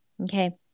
Okay